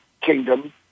kingdom